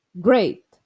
great